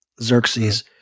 Xerxes